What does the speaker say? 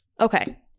okay